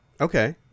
Okay